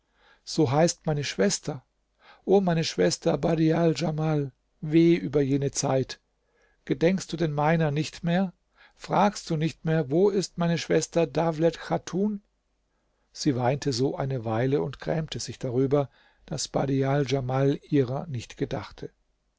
so heißt meine schwester o meine schwester badial djamal weh über jene zeit gedenkst du denn meiner nicht mehr fragst du nicht mehr wo ist meine schwester dawlet chatun sie weinte so eine weile und grämte sich darüber daß badial djamal ihrer nicht gedachte